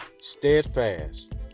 steadfast